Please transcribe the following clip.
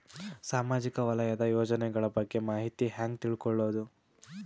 ಸಾಮಾಜಿಕ ವಲಯದ ಯೋಜನೆಗಳ ಬಗ್ಗೆ ಮಾಹಿತಿ ಹ್ಯಾಂಗ ತಿಳ್ಕೊಳ್ಳುದು?